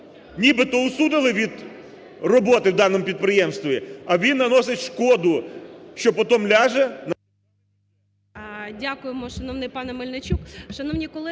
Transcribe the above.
нібито усунули від роботи у даному підприємстві, а він наносить шкоду, що потом ляже